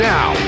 Now